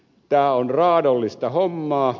tämä on raadollista hommaa